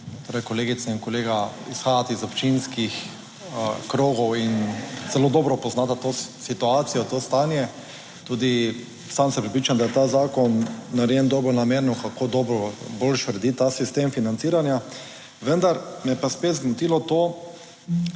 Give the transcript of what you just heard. torej kolegice in kolega izhajata iz občinskih krogov in zelo dobro poznata to situacijo, to stanje. Tudi sam sem prepričan, da je ta zakon narejen dobronamerno, kako dobro, boljše urediti ta sistem financiranja. Vendar me je pa spet zmotilo to,